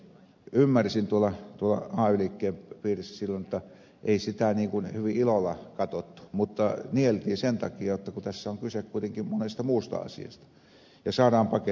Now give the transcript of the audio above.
ymmärsin että ei sitä tuolla ay liikkeen piirissä silloin hyvin ilolla katsottu mutta nieltiin sen takia kun tässä on kyse kuitenkin monesta muusta asiasta ja saadaan paketti aikaan